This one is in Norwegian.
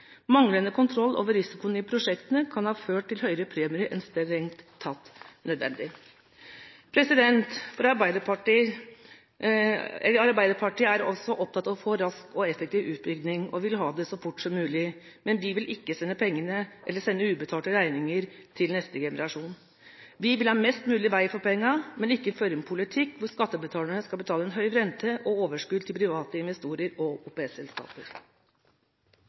Manglende kontroll over risikoen i prosjektene, kan ha ført til høyere premier enn strengt tatt nødvendig.» Arbeiderpartiet er også opptatt av å få rask og effektiv utbygging og vil ha det så fort som mulig, men vi vil ikke sende ubetalte regninger til neste generasjon. Vi vil ha mest mulig vei for pengene, men ikke føre en politikk hvor skattebetalerne skal betale en høy rente og overskudd til private investorer og